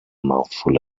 mouthful